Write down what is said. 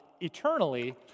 eternally